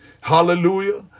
Hallelujah